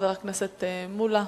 חבר הכנסת מולה,